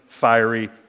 fiery